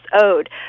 owed